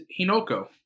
Hinoko